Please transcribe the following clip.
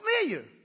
familiar